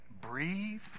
breathe